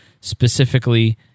specifically